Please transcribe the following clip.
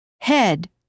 head